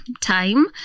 time